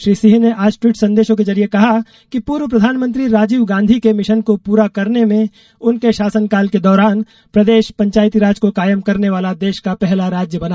श्री सिंह ने आज टवीट संदेशों के जरिए कहा कि पूर्व प्रधानमंत्री राजीव गांधी के मिशन को पूरा करने में उनके शासनकाल के दौरान प्रदेश पंचायती राज को कायम करने वाला देश का पहला राज्य बना